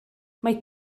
mae